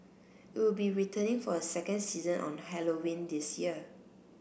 it will be returning for a second season on Halloween this year